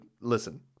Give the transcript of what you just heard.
listen